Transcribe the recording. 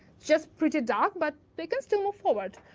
just pretty dark, but they can still move forward.